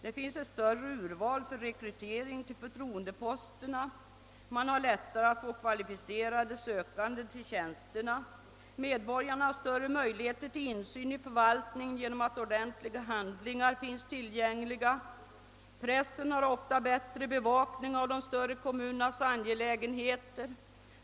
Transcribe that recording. Det finns ett större urval för rekrytering till förtroendeposterna, man har lättare att få kvalificerade sökande till tjänsterna, medborgarna har större möjligheter till insyn i förvaltningen genom att ordentliga handlingar finns tillgängliga. Pressen har ofta bättre bevakning av de större kommunernas angelägenheter.